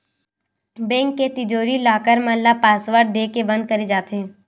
bank के तिजोरी, locker मन ल पासवर्ड देके बंद करे जाथे